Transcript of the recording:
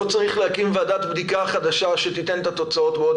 לא צריך להקים ועדת בדיקה חדשה שתיתן תוצאות בעוד